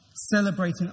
Celebrating